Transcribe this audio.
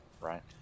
right